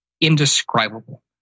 indescribable